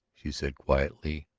she said quietly,